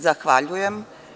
Zahvaljujem.